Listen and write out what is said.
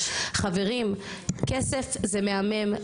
חברים כסף זה מהמם,